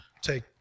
take